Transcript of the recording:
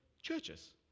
Churches